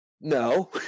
No